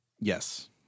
Yes